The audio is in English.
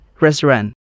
restaurant